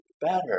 better